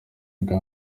bwa